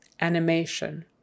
Animation